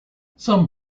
some